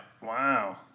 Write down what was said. Wow